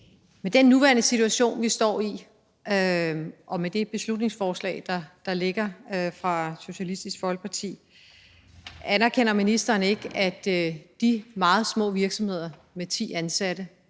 Med den nuværende situation, vi står i, og med det beslutningsforslag, der ligger fra Socialistisk Folkeparti, anerkender ministeren så ikke, at de meget små virksomheder med ti ansatte